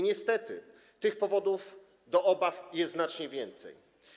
Niestety tych powodów do obaw jest znacznie więcej.